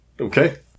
Okay